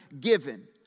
given